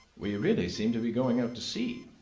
we really seem to be going out to sea,